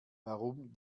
warum